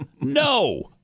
No